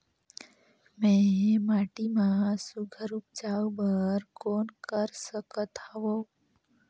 मैं माटी मा सुघ्घर उपजाऊ बर कौन कर सकत हवो?